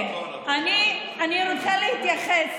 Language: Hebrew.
אני רוצה להתייחס.